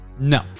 No